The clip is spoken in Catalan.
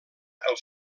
els